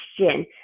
question